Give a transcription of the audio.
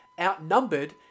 outnumbered